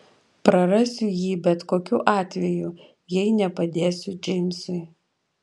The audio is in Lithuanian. prarasiu jį bet kokiu atveju jei nepadėsiu džeimsui